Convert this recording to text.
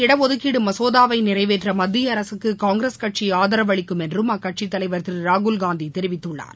இடஒதுக்கீடுமசோதாவைநிறைவேற்றமத்தியஅரசுக்குகாங்கிரஸ் கட்சிஆதரவளிக்கும் என்றும் மகளிர் அக்கட்சித் தலைவர் திருராகுல்காந்திதெரிவித்துள்ளார்